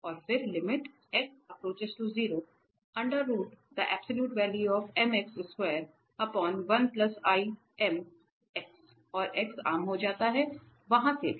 और फिर और x आम हो जाता है वहाँ से भी